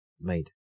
made